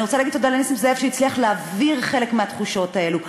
אני רוצה להגיד תודה לנסים זאב שהצליח להעביר חלק מהתחושות האלה.